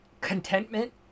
contentment